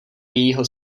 jejího